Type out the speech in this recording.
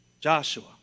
Joshua